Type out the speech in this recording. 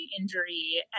injury